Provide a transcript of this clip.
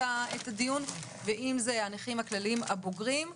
הדיון ואם אלה הנכים הכלליים הבוגרים.